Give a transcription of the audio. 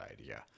idea